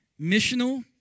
Missional